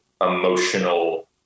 emotional